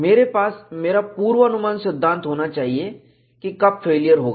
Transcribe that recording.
मेरे पास मेरा पूर्वानुमान सिद्धांत होना चाहिए कब फेलियर होगा